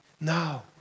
now